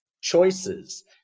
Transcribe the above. choices